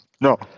No